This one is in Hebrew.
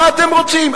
מה אתם רוצים?